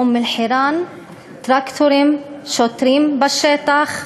אום-אלחיראן, טרקטורים, שוטרים בשטח,